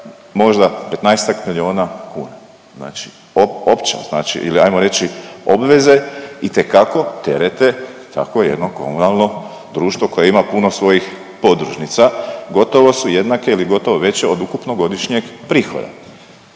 možda 15-ak milijuna kuna. Znači opća znači ili ajmo reći obveze itekako terete tako jedno komunalno društvo koje ima puno svojih podružnica. Gotovo su jednake ili gotovo veće od ukupnog godišnjeg prihoda.